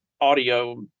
audio